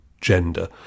gender